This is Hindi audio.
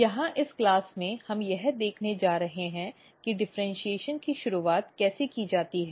यहाँ इस क्लास में हम यह देखने जा रहे हैं कि डिफ़र्इन्शीएशन की शुरुआत कैसे की जाती है